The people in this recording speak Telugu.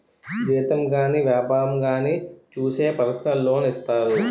జీతం గాని వ్యాపారంగానే చూసి పర్సనల్ లోన్ ఇత్తారు